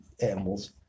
Animals